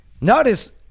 Notice